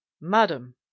Madam